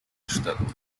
assustador